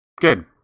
Good